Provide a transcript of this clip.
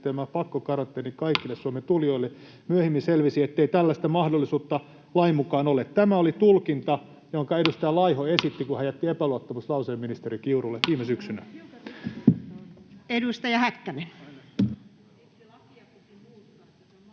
pakkokaranteeni kaikille Suomeen tulijoille. Myöhemmin selvisi, ettei tällaista mahdollisuutta lain mukaan ole.” Tämä oli tulkinta, jonka edustaja Laiho esitti, kun hän jätti epäluottamuslauseen ministeri Kiurulle viime syksynä. [Speech